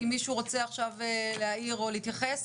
אם מישהו רוצה עכשיו להעיר או להתייחס.